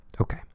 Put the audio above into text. Okay